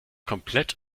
komplett